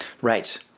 Right